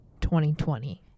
2020